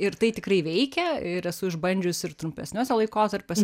ir tai tikrai veikia ir esu išbandžius ir trumpesnius laikotarpius